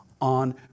on